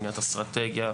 בניית אסטרטגיה,